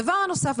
הדבר הנוסף,